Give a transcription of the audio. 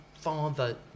father